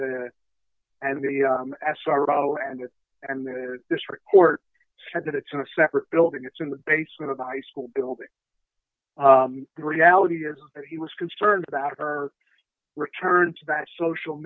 the and the s r o and the district court said that it's in a separate building it's in the basement of a high school building the reality is that he was concerned about our return to that social